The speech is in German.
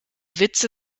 witze